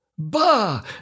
Bah